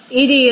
475 0